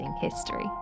history